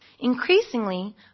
Increasingly